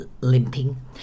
limping